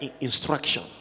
instruction